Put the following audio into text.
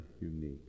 unique